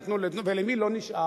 נתנו לזה